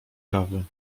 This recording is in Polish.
kawy